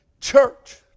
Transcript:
church